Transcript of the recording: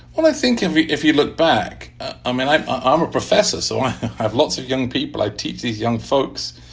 well, i think if if you look back i mean, i'm um a professor, so i have lots of young people. i teach these young folks.